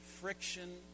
friction